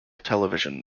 television